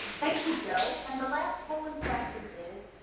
thank you, joe. and the last polling question is,